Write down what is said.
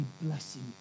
blessing